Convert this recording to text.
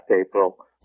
april